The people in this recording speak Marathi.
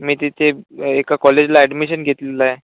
मी तिथे एका कॉलेजला ॲडमिशन घेतलेलं आहे